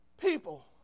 people